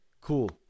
Cool